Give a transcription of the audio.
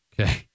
Okay